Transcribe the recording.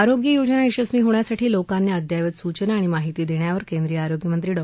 आरोग्य योजना यशस्वी होण्यासाठी लोकांना अद्यावत सूचना आणि माहिती देण्यावर केंद्रीय आरोग्य मंत्री डॉ